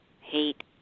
hate